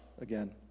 again